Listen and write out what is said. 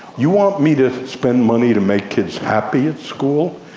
you want me to spend money to make kids happy at school?